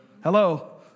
Hello